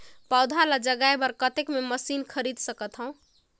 पौधा ल जगाय बर कतेक मे मशीन खरीद सकथव?